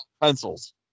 pencils